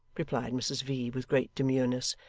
replied mrs v. with great demureness.